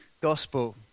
gospel